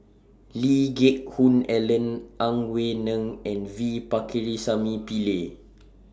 Lee Geck Hoon Ellen Ang Wei Neng and V Pakirisamy Pillai